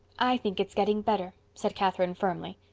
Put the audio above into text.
i think it's getting better, said catherine firmly.